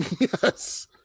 yes